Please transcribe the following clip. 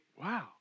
Wow